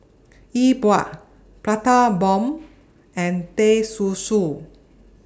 E Bua Prata Bomb and Teh Susu